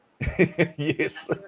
Yes